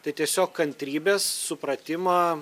tai tiesiog kantrybės supratimo